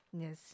Yes